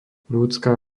ľudská